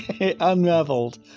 unraveled